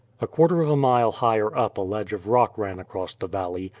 a quarter of a mile higher up a ledge of rock ran across the valley,